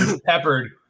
peppered